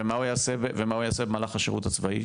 ומה הוא יעשה במהלך השירות הצבאי,